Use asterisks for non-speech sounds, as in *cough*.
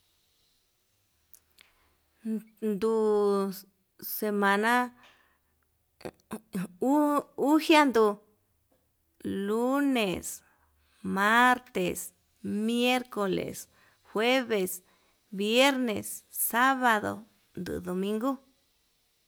Nduu *hesitation* semana ha- a a uxian nduu, lunes, martes, miercoles, jueves, viernes, sabado, domingo.